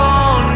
on